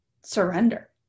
surrender